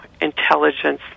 intelligence